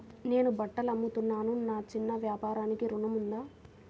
నేను బట్టలు అమ్ముతున్నాను, నా చిన్న వ్యాపారానికి ఋణం ఉందా?